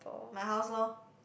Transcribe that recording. my house lor